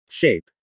Shape